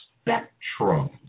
spectrum